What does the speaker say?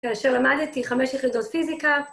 ‫כאשר למדתי חמש יחידות פיזיקה.